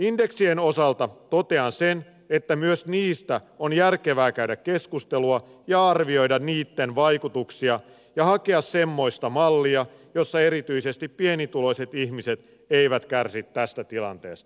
indeksien osalta totean sen että myös niistä on järkevää käydä keskustelua ja arvioida niitten vaikutuksia ja hakea semmoista mallia jossa erityisesti pienituloiset ihmiset eivät kärsi tästä tilanteesta